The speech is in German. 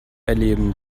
erleben